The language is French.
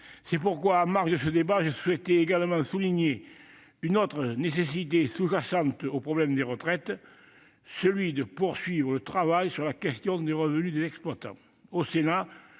C'est pourquoi, en marge de ce débat, je souhaitais également souligner une autre nécessité sous-jacente au problème des retraites, celle de poursuivre le travail sur la question des revenus des exploitants.